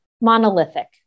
monolithic